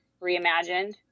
reimagined